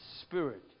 Spirit